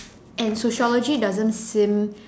and sociology doesn't seem